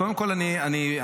גם אני ראיתי.